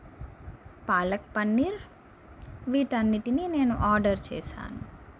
పాలక్ పన్నీర్ వీటన్నిటిని నేను ఆర్డర్ చేశాను